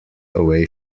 away